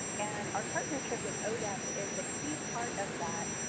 and our partnership with odep is a key part of that,